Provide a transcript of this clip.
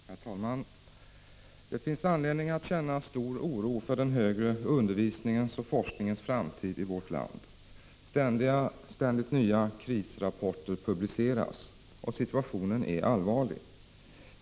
Herr talman! Det finns anledning att känna stor oro för den högre undervisningens och forskningens framtid i vårt land. Ständigt nya krisrapporter publiceras och situationen är allvarlig.